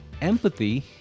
empathy